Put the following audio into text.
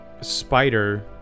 spider